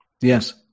Yes